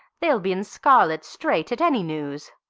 they'll be in scarlet straight at any news.